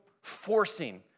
forcing